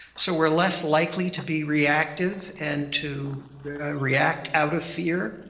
so we are less likely to be reactive and to react out of fear.